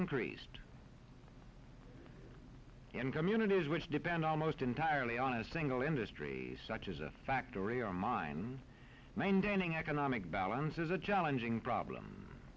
increased in communities which depend almost entirely on a single industries such as a factory or mine maintaining economic balance is a challenging problem